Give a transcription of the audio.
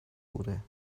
wurde